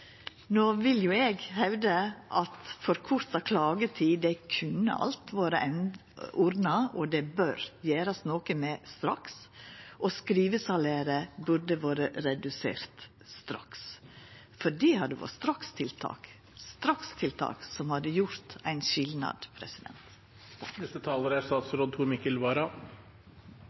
No vil eg hevda at forkorta klagetid alt kunne vore ordna, og det bør gjerast noko med straks. Skrivesalæret burde òg vore redusert straks; det hadde vore strakstiltak som hadde gjort ein skilnad.